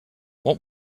what